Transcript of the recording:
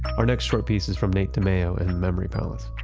our next short piece is from nate dimeo in the memory palace.